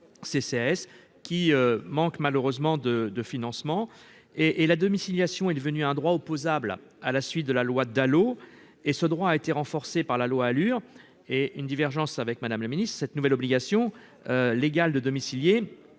CCAS qui manque malheureusement de de financement et et la domiciliation est devenu un droit opposable à la suite de la loi Dalo et ce droit a été renforcée par la loi, allure et une divergence avec Madame la Ministre, cette nouvelle obligation légale de domicilier